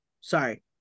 sorry